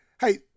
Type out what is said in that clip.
Hey